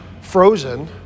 Frozen